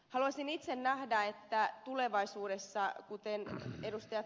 haluaisin itse nähdä että tulevaisuudessa kuten ed